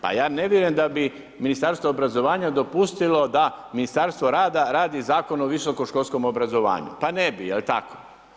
Pa ja ne vjerujem da bi Ministarstvo obrazovanja dopustilo da Ministarstvo rada radi Zakon o visokoškolskom obrazovanju, pa ne bi, jel' tako.